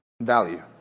Value